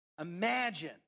Imagine